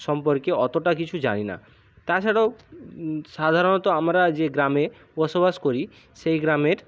সম্পর্কে অতটা কিছু জানি না তাছাড়াও সাধারণত আমরা যে গ্রামে বসবাস করি সেই গ্রামের